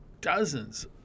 dozens